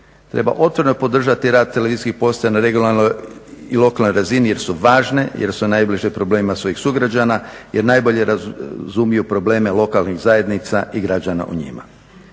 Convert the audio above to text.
Treba otvoreno podržati rad televizijskih postaja na regionalnoj i lokalnoj razini jer su važne, jer su najbliže problemima svojih sugrađana, jer najbolje razumiju probleme lokalnih zajednica i građana u njima.